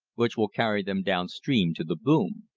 which will carry them down stream to the boom.